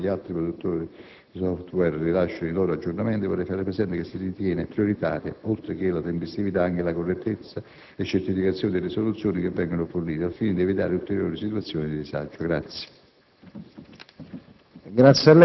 Quanto alla velocità con la quale gli altri produttori di *software* rilasciano i loro aggiornamenti, vorrei fare presente che si ritiene prioritaria, oltre che la tempestività, anche la correttezza e certificazione delle soluzioni che vengono fornite, al fine di evitare ulteriori situazioni di disagio. Grazie.